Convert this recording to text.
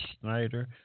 Snyder